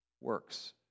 works